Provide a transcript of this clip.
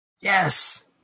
Yes